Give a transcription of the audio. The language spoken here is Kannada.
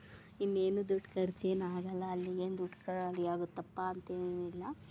ಇನ್ನೇನು ದುಡ್ಡು ಖರ್ಚೇನಾಗಲ್ಲ ಅಲ್ಲಿ ಏನು ದುಡ್ಡು ಖಾಲಿಯಾಗುತ್ತಪ್ಪ ಅಂತೇನಿಲ್ಲ